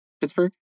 Pittsburgh